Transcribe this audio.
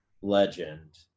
legend